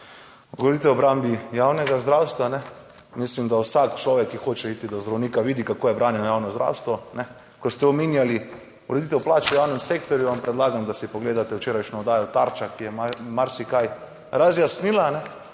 govorite o obrambi javnega zdravstva. Mislim, da vsak človek, ki hoče iti do zdravnika, vidi, kako je branje javno zdravstvo. Ko ste omenjali ureditev plač v javnem sektorju, vam predlagam, da si pogledate včerajšnjo oddajo Tarča, ki je marsikaj razjasnila,